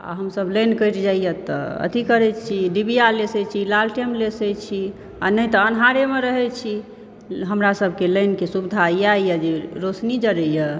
आ हंसन लाइन काटि जाइया तऽ अथी करै छी डिबिया लेसै छी लालटेम लेसै छी आ नहि तऽ अन्हारेमे रहै छी हमरा सबके लाइनके सुविधा इएह यऽ जे रौशनी जरैया